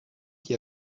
qui